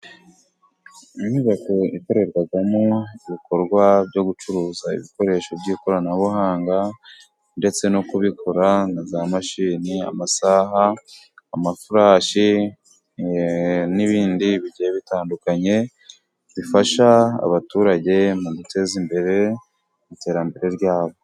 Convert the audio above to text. Inyubako ikorerwamo ibikorwa byo gucuruza ibikoresho by'ikoranabuhanga ndetse no kubikora, nka za mashini, amasaha, amafurashi n'ibindi bitandukanye bifasha abaturage mu guteza imbere iterambere ryabo.